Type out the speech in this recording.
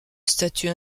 statut